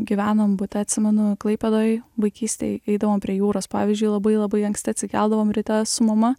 gyvenom bute atsimenu klaipėdoj vaikystėj eidavom prie jūros pavyzdžiui labai labai anksti atsikeldavom ryte su mama